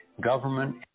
government